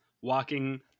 walking